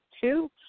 two